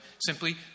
simply